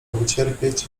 wycierpieć